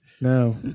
No